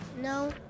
No